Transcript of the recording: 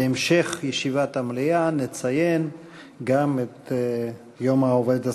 בהמשך ישיבת המליאה נציין גם את יום העובד הסוציאלי.